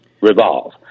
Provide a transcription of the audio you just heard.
revolve